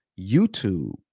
YouTube